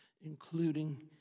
including